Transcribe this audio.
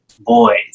boys